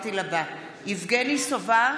יבגני סובה,